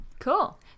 cool